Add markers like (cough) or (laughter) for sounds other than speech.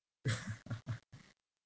(laughs)